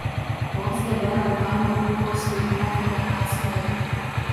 koks dabar antano guogos vaidmuo federacijoje